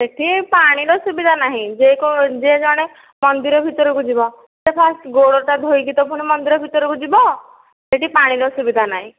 ସେଠି ପାଣିର ସୁବିଧା ନାହିଁ ଯେ ଯେ ଜଣେ ମନ୍ଦିର ଭିତରକୁ ଯିବ ସେ ଫାଷ୍ଟ ଗୋଡ଼ଟା ଧୋଇକି ତ ପୁଣି ମନ୍ଦିର ଭିତରକୁ ଯିବ ସେଠି ପାଣିର ସୁବିଧା ନାହିଁ